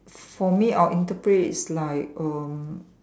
for me I'll interpret it's like um